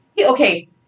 Okay